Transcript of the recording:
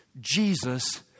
Jesus